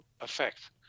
effect